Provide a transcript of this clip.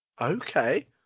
okay